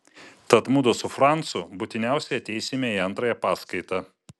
tad mudu su francu būtiniausiai ateisime į antrąją paskaitą